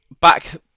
back